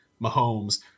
Mahomes